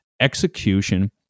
execution